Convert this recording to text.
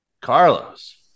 carlos